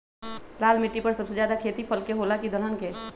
लाल मिट्टी पर सबसे ज्यादा खेती फल के होला की दलहन के?